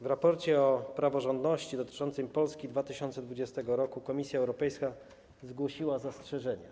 W raporcie o praworządności dotyczącym Polski w 2020 r. Komisja Europejska zgłosiła zastrzeżenia.